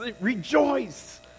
rejoice